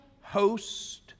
host